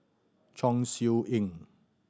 Chong Siew Ying